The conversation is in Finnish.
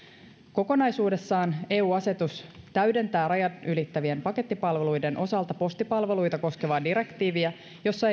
kokonaisuudessaan eu asetus täydentää rajat ylittävien pakettipalveluiden osalta postipalveluita koskevaa direktiiviä jossa